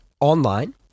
online